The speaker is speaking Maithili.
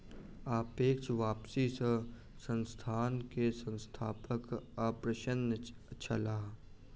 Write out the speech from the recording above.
सापेक्ष वापसी सॅ संस्थान के संस्थापक अप्रसन्न छलाह